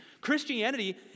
Christianity